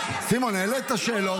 סימון, העלית שאלות.